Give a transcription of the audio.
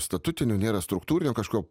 statutinių nėra struktūrinio kažkokio